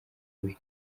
abiri